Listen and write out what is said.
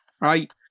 right